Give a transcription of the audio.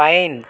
pine